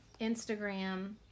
Instagram